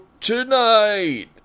tonight